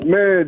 Man